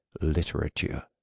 literature